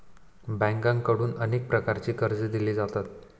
बँकांकडून अनेक प्रकारची कर्जे दिली जातात